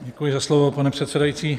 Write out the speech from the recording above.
Děkuji za slovo, pane předsedající.